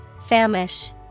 Famish